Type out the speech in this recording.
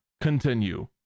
continue